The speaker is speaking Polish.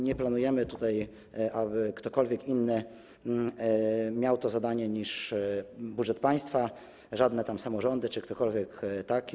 Nie planujemy, aby ktokolwiek inny miał to zadanie niż budżet państwa, żadne samorządy czy ktokolwiek taki.